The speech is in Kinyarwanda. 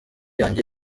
yanjye